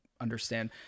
understand